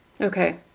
Okay